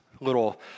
little